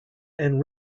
and